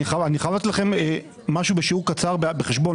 אני חייב לתת לכם משהו בשיעור קצר בחשבון,